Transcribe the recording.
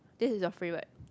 this is your favourite